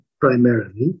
primarily